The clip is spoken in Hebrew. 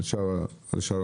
ועל שאר המשק.